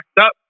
up